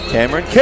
Cameron